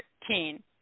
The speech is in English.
thirteen